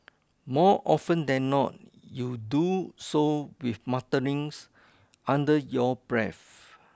more often than not you do so with mutterings under your breath